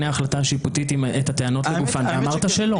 ההחלטה השיפוטת את הטענות לגופן ואמרת שלא.